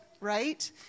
right